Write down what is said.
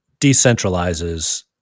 decentralizes